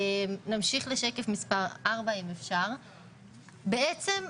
בעצם,